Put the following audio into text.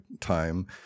time